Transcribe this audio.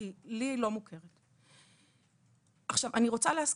על הרצון ועל כל שאר